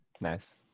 nice